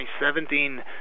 2017